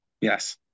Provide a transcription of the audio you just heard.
Yes